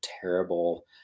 terrible